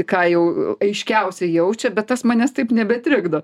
ką jau aiškiausiai jaučia bet tas manęs taip nebetrikdo